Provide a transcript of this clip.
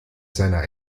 seiner